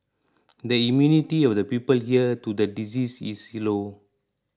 the immunity of the people here to the disease is low